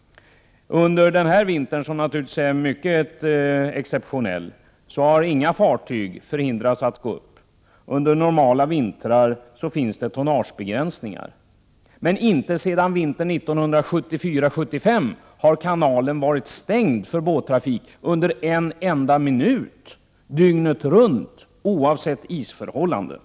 Under den här vintern, som naturligtvis är mycket exceptionell, har inga fartyg förhindrats att gå upp. Under normala vintrar finns det tonnagebegränsningar. Men inte sedan vintern 1974-1975 har kanalen varit stängd för båttrafik under en enda av dygnets minuter, oavsett isförhållanden.